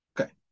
Okay